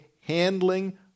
handling